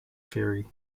theory